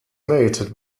mated